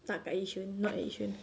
tak kat yishun not at yishun